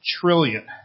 trillion